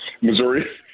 Missouri